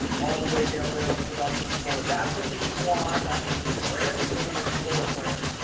all the way down there on the production floor. that's a new quad. that is the grand cayman floor plan.